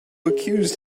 accused